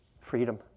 freedom